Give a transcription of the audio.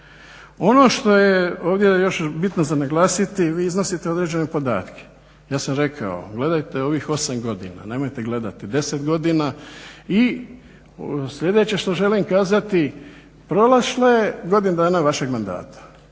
Ono što je ovdje još bitno za naglasiti, vi iznosite određene podatke. Ja sam rekao gledajte ovih osam godina, nemojte gledati deset godina. I sljedeće što želim kazati prošlo je godinu dana vašeg mandata.